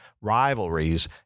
rivalries